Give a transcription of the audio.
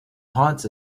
haunts